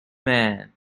man